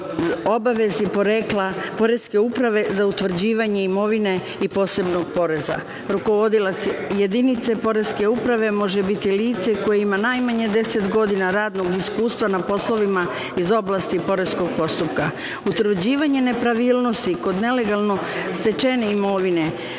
obavezi poreske uprave za utvrđivanje imovine i posebnog poreza. Rukovodilac jedinice poreske uprave može biti lice koje ima najmanje 10 godina radnog iskustva na poslovima iz oblasti poreskog postupka. Utvrđivanjem nepravilnosti kod nelegalno stečene imovine